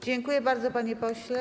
Dziękuję bardzo, panie pośle.